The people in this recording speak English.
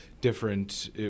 different